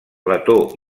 plató